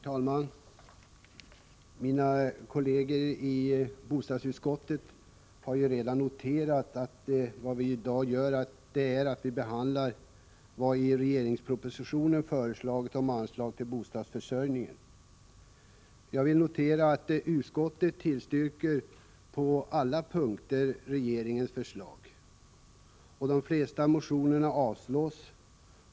Herr talman! Mina kolleger i bostadsutskottet har redan noterat att vad vi i dag gör är att behandla vad som i regeringens proposition föreslås om anslag till bostadsförsörjning. Jag vill notera att utskottet på alla punkter tillstyrker regeringens förslag och att de flesta motioner avstyrks.